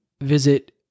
visit